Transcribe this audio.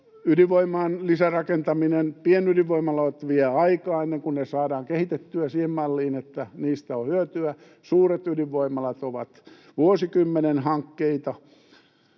ydinvoiman lisärakentaminen: pienydinvoimalat vievät aikaa, ennen kuin ne saadaan kehitettyä siihen malliin, että niistä on hyötyä, suuret ydinvoimalat ovat vuosikymmenen hankkeita.